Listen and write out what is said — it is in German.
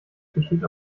besteht